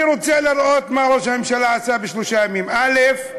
אני רוצה לראות מה ראש הממשלה עשה בשלושה ימים: א.